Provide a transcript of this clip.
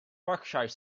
berkshire